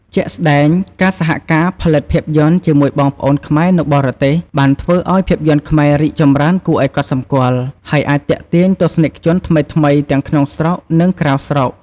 ជាក់ស្តែង ការសហការផលិតភាពយន្តជាមួយបងប្អូនខ្មែរនៅបរទេសបានធ្វើឱ្យ ភាពយន្តខ្មែររីកចម្រើនគួរឱ្យកត់សម្គាល់ ហើយអាច ទាក់ទាញទស្សនិកជនថ្មីៗ ទាំងក្នុងស្រុក និងក្រៅស្រុក។